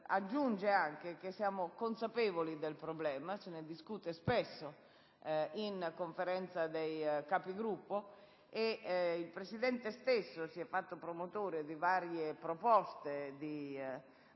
aggiunge che siamo consapevoli del problema; se ne discute spesso in Conferenza dei Capigruppo e il Presidente stesso si è fatto promotore di varie proposte,